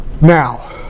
Now